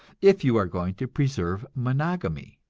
if you are going to preserve monogamy?